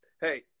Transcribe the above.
hey